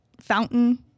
fountain